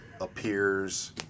appears